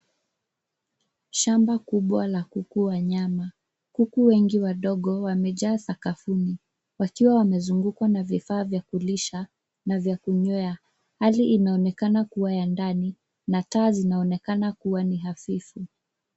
Shamba kubwa la kuku wanyama. Kuku wengi wadogo wamejaa sakafuni wakiwa wamezungukwa na vifaa vya kulisha na vya kunywea. Hali inaonekana kuwa ya ndani na taa zinaonekana kuwa ni hafifu.